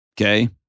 okay